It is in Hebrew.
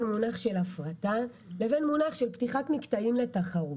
המונח הפרטה לבין המונח פתיחת מקטעים לתחרות.